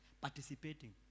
participating